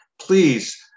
please